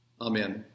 Amen